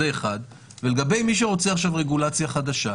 ולגבי מי שרוצה רגולציה חדשה,